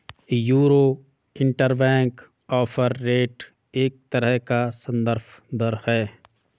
euro interbank offer rate एक तरह का सन्दर्भ दर है